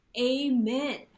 Amen